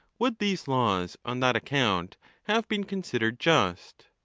would these laws on that account have been considered just?